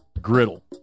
griddle